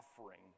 offering